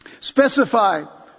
specify